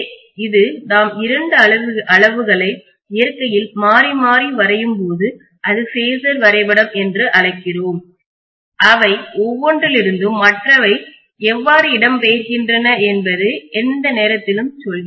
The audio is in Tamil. எனவே இது நாம் இரண்டு அளவுகளை இயற்கையில் மாறி மாறி வரையும்போது அதை பேஸர் வரைபடம் என்று அழைக்கிறோம் அவை ஒவ்வொன்றிலிருந்தும் மற்றவை எவ்வாறு இடம்பெயர்கின்றன என்பதை எந்த நேரத்திலும் சொல்கிறோம்